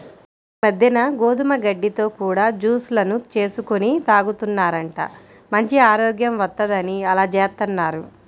ఈ మద్దెన గోధుమ గడ్డితో కూడా జూస్ లను చేసుకొని తాగుతున్నారంట, మంచి ఆరోగ్యం వత్తందని అలా జేత్తన్నారు